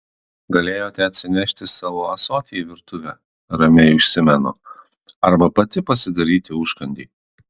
galėjote atsinešti savo ąsotį į virtuvę ramiai užsimenu arba pati pasidaryti užkandį